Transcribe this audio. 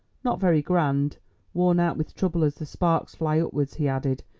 not very grand worn out with trouble as the sparks fly upwards, he added,